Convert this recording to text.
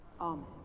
Amen